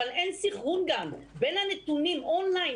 אבל אין סנכרון גם בין הנתונים און-ליין,